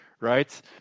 right